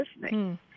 listening